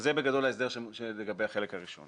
זה בגדול ההסדר לגבי החלק הראשון.